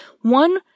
One